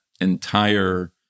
entire